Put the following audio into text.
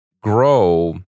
grow